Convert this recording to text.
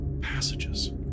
passages